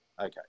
Okay